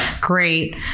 great